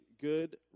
good